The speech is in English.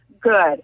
good